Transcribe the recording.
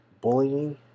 bullying